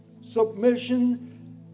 submission